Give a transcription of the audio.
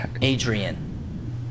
Adrian